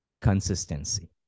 consistency